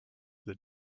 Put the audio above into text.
that